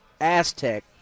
Aztec